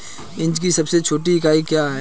Inch की सबसे छोटी इकाई क्या है?